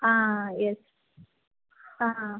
ಹಾಂ ಎಸ್ ಹಾಂ